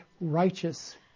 righteous